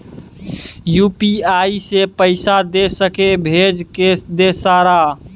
UPI से पैसा दे सके भेज दे सारा?